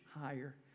higher